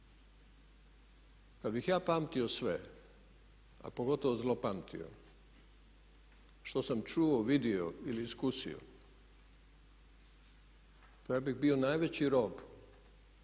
kad bih ja pamtio sve a pogotovo zlopamtio što sam čuo, vidio ili iskusio pa ja bih bio najveći rob